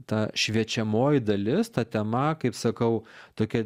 ta šviečiamoji dalis ta tema kaip sakau tokia